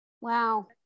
Wow